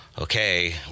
okay